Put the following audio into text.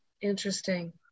interesting